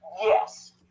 Yes